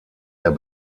der